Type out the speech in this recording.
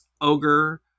Ogre